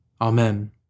Amen